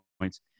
points